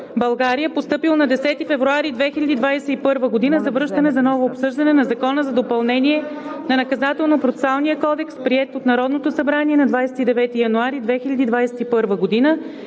България, постъпил на 10 февруари 2021 г., за връщане за ново обсъждане на Закона за допълнение на Наказателно-процесуалния кодекс, приет от Народното събрание на 29 януари 2021 г.,